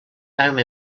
home